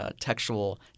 textual